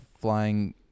flying